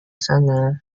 sana